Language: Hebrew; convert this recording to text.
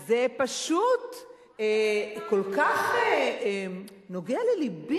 אז זה פשוט כל כך נוגע ללבי.